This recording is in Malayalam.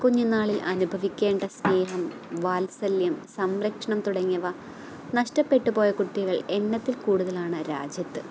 കുഞ്ഞുന്നാളിൽ അനുഭവിക്കേണ്ട സ്നേഹം വാൽസല്യം സംരക്ഷണം തുടങ്ങിയവ നഷ്ട്ടപ്പെട്ടു പോയ കുട്ടികൾ എണ്ണത്തിൽ കൂടുതലാണ് രാജ്യത്ത്